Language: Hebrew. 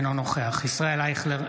אינו נוכח ישראל אייכלר,